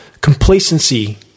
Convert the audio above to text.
complacency